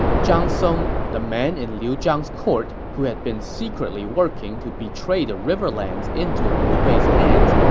zhang song, the man in liu zhang's court who had been secretly working to betray the riverlands into liu bei's hands,